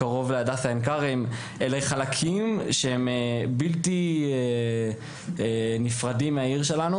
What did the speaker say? אלה חלקים שהם בלתי נפרדים מהעיר שלנו